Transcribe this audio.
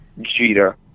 Jeter